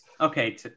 Okay